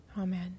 Amen